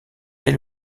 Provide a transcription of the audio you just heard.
dès